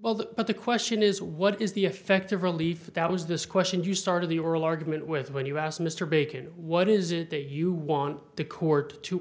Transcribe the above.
well that but the question is what is the effect of relief that was this question you started the oral argument with when you asked mr bacon what is it that you want the court to